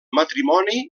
matrimoni